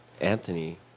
Anthony